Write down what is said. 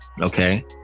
okay